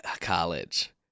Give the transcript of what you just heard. college